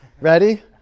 Ready